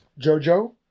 jojo